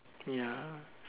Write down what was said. ya